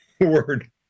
word